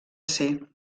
ser